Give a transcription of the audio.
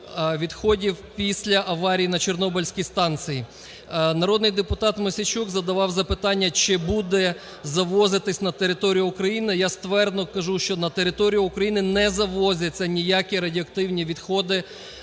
після аварії на чорнобильській станції. Народний депутат Мосійчук задавав запитання, чи буде завозитися на територію України, я ствердно кажу, що на територію України не завозяться ніякі радіоактивні відходи